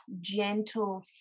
gentle